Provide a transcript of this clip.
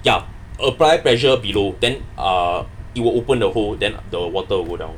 ya apply pressure below then uh it will open the hole then the water will go down